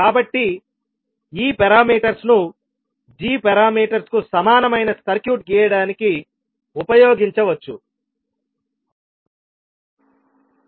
కాబట్టి ఈ పారామీటర్స్ ను g పారామీటర్స్ కు సమానమైన సర్క్యూట్ గీయడానికి ఉపయోగించవచ్చు